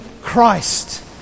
Christ